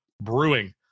Brewing